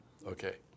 Okay